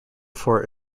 fort